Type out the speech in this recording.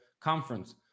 conference